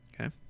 Okay